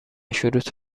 شروط